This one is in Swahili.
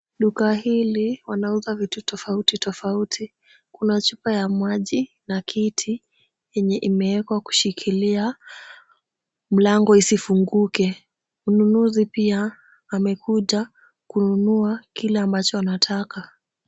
Duka hili wanauza vitu tofauti tofauti. Kuna chupa ya maji na kiti, yenye imewekwa kushikilia mlango isifunguke. Mnunuzi pia, amekuja, kununua kile ambacho anataka.